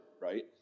Right